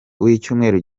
w’icyumweru